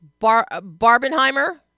Barbenheimer